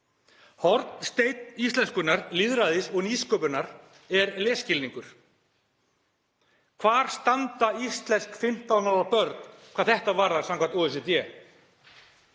Hornsteinn íslenskunnar, lýðræðis og nýsköpunar er lesskilningur. Hvar standa íslensk 15 ára börn hvað þetta varðar samkvæmt OECD?